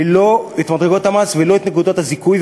ולא את נקודות הזיכוי,